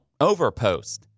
overpost